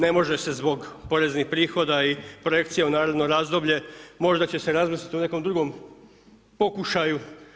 Ne može se zbog poreznih prihoda i projekcija u naredno razdoblje, možda će se razmisliti u nekom drugom pokušaju.